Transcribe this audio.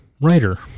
writer